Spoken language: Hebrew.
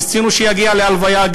ניסינו שיגיע להלוויה,